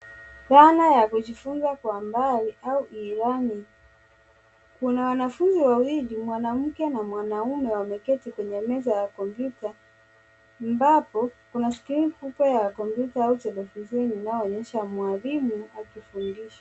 Dhana ya kujifunza kwa mbali au e-learning . Kuna wanafunzi wawili, mwanamke na mwanaume wameketi kwenye meza ya kompyuta ambapo kuna skrini kubwa ya kompyuta au televisheni inayoonyesha mwalimu akifundisha.